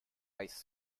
ice